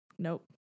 nope